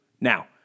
Now